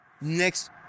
next